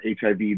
HIV